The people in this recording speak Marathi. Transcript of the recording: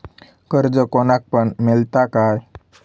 कर्ज कोणाक पण मेलता काय?